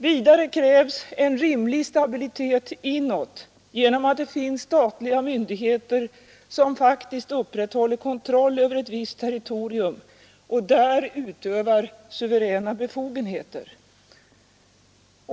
Vidare krävs ”en rimlig stabilitet inåt, genom att det finns statliga myndigheter som faktiskt upprätthåller kontroll över ett visst territorium och där utövar suveräna befogenheter”.